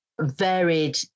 varied